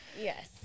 Yes